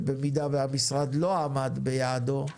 שבמידה שהמשרד לא עמד ביעדו,